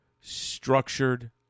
structured